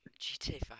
GTA